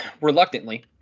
reluctantly